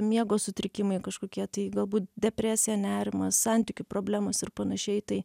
miego sutrikimai kažkokie tai galbūt depresija nerimas santykių problemos ir panašiai tai